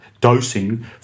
dosing